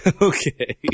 Okay